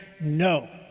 no